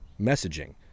messaging